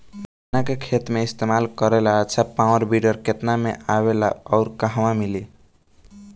गन्ना के खेत में इस्तेमाल करेला अच्छा पावल वीडर केतना में आवेला अउर कहवा मिली?